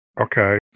Okay